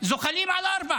זוחלים על ארבע